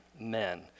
men